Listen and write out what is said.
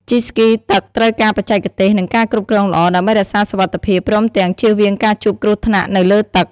ជិះស្គីទឹកត្រូវការបច្ចេកទេស និងការគ្រប់គ្រងល្អ ដើម្បីរក្សាសុវត្ថិភាព ព្រមទាំងជៀសវាងការជួបគ្រោះថ្នាក់នៅលើទឹក។